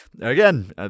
Again